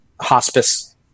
hospice